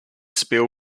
spill